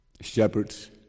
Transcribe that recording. Shepherds